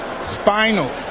Spinal